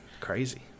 crazy